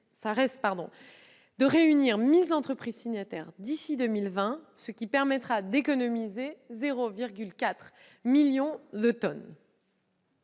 reste de réunir 1 000 entreprises signataires d'ici à 2020, ce qui permettra d'économiser 0,4 million de tonnes.